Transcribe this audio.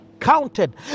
counted